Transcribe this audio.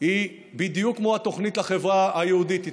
היא בדיוק כמו התוכנית לחברה היהודית,